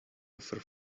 offer